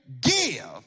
Give